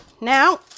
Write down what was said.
Now